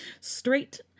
straight